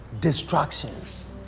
distractions